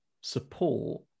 support